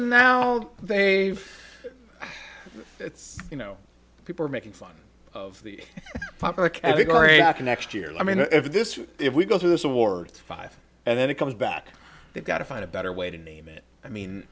now they you know people are making fun of the popular category after next year i mean if this if we go through this award five and then it comes back they've got to find a better way to name it i mean